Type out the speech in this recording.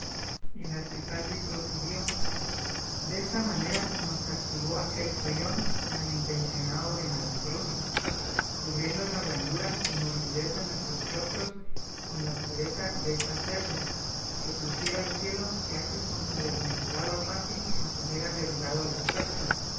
y la trifaldi prosiguió desta manera nos castigó aquel follón y malintencionado de malambruno cubriendo la blandura y morbidez de nuestros rostros con la aspereza destas cerdas que pluguiera al cielo que antes con su desmesurado alfanje nos hubiera derribado las testas